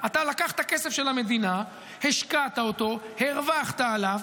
אתה לקחת כסף של המדינה, השקעת אותו, הרווחת עליו,